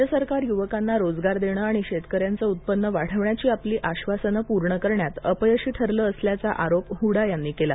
राज्य सरकार युवकांना रोजगार देणं आणि शेतकऱ्यांचं उत्पन्न वाढवण्याची आपली आश्वासनं पूर्ण करण्यात अपयशी ठरला असल्याचा आरोप हूडा यांनी केला